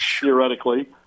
theoretically